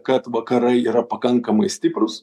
kad vakarai yra pakankamai stiprūs